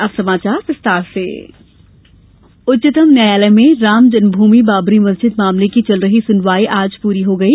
अयोध्या उच्चतम न्यायालय में राम जन्मभूमि बाबरी मस्जिद मामले की चल रही सुनवाई आज पूरी हो गयी